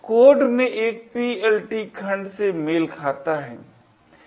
तो यह कोड में एक PLT खंड से मेल खाता है